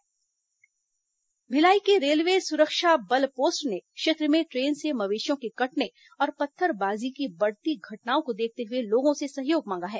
Bhilai railway सुरक्षा भिलाई के railway सुरक्षा बल पोस्ट ने क्षेत्र में ट्रेन से मवेशियों के कटने और पत्थरबाजी की बढ़ती घटनाओं को देखते हुए लोगों से सहयोग मांगा है